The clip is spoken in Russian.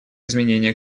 изменения